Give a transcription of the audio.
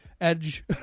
edge